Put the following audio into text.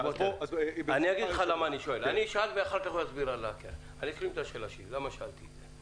אני אשלים את השאלה ואומר למה שאלתי אותה.